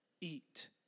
eat